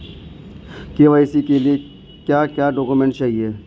KYC के लिए क्या क्या डॉक्यूमेंट चाहिए?